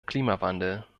klimawandel